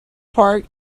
park